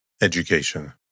Education